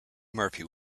murphy